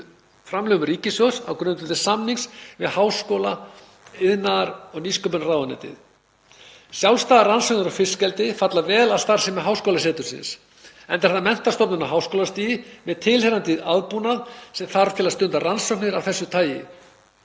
framlögum ríkissjóðs á grundvelli samnings við háskóla-, iðnaðar og nýsköpunarráðuneytið. Sjálfstæðar rannsóknir á fiskeldi falla vel að starfsemi háskólasetursins, enda er það menntastofnun á háskólastigi, með tilheyrandi aðbúnað sem þarf til að stunda rannsóknir af þessu tagi.